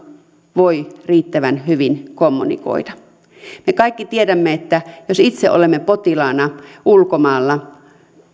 voi riittävän hyvin kommunikoida me kaikki tiedämme että jos itse olemme potilaana ulkomailla